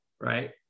right